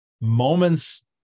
moments